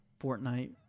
Fortnite